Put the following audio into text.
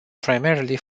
primarily